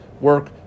work